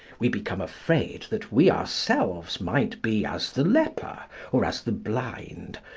we become afraid that we ourselves might be as the leper or as the blind,